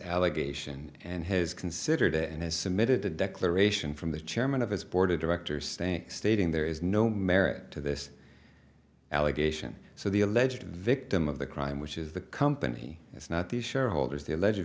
allegation and has considered it and has submitted a declaration from the chairman of his board of directors think stating there is no merit to this allegation so the alleged victim of the crime which is the company is not the shareholders the alleged